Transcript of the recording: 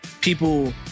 people